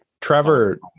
trevor